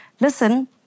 listen